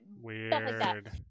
weird